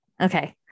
Okay